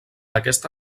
aquesta